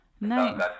Nice